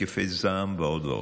התקפי זעם ועוד ועוד.